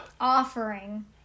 Offering